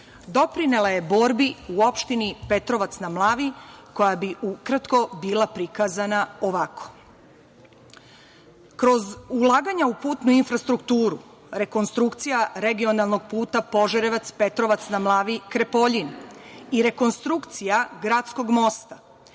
doprinela je borbi u opštini Petrovac na Mlavi, koja bi ukratko bila prikazana ovako. Kroz ulaganja u putnu infrastrukturu, rekonstrukcija regionalnog puta Požarevac – Petrovac na Mlavi – Krepoljin i rekonstrukcija gradskog mosta